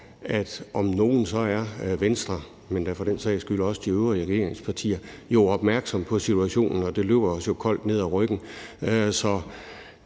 at om nogen er Venstre, men da for den sags skyld også de øvrige regeringspartier, opmærksom på situationen, og det løber os jo koldt ned ad ryggen. Så